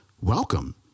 welcome